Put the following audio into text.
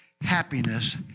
happiness